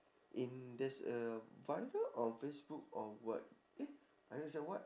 in there's a viral on facebook or what eh I know it say what